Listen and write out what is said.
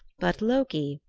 but loki,